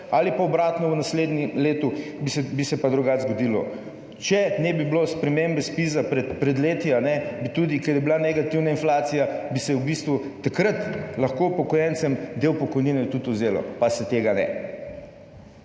ali pa obratno, v naslednjem letu bi se pa drugače zgodilo. Če ne bi bilo spremembe ZPIZ pred leti, bi se tudi, ker je bila negativna inflacija, v bistvu takrat lahko upokojencem del pokojnine tudi vzelo, pa se tega ne.